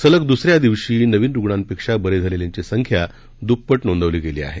सलग दुसऱ्या दिवशी नवीन रुग्णांपेक्षा बरे झालेल्यांची संख्या दुप्पट नोंदवली गेली आहे